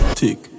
tick